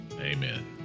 Amen